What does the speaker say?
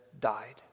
died